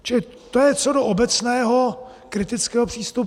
Čili to je co do obecného kritického přístupu.